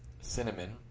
cinnamon